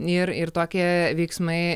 ir ir tokie veiksmai